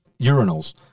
urinals